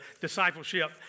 discipleship